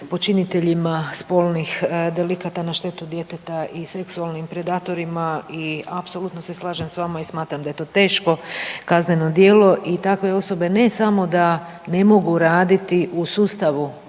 počiniteljima spolnih delikata na štetu djeteta i seksualnim predatorima i apsolutno se slažem s vama i smatram da je to teško kazneno djelo i takve osobe ne samo da ne mogu raditi u sustavu